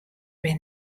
wer